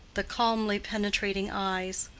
the calmly penetrating eyes.